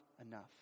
enough